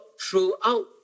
throughout